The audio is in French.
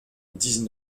dix